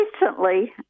Recently